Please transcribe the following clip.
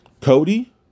cody